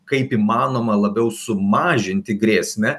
kaip įmanoma labiau sumažinti grėsmę